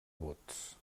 vots